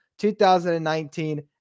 2019